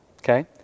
okay